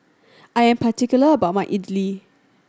I am particular about my idly